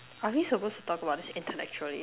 are we supposed to talk about this intellectually